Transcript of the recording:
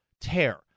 tear